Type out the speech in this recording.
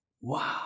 Wow